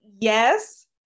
Yes